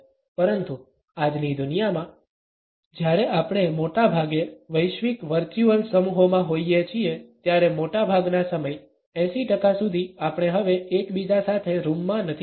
પરંતુ આજની દુનિયામાં જ્યારે આપણે મોટાભાગે વૈશ્વિક વર્ચ્યુઅલ સમૂહોમાં હોઇએ છીએ ત્યારે મોટાભાગના સમય 80 ટકા સુધી આપણે હવે એકબીજા સાથે રૂમમાં નથી હોતા